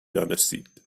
دانستید